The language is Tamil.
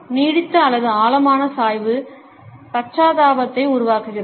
நீடித்த அல்லது ஆழமான சாய்வு பச்சாத்தாபத்தை உருவாக்குகிறது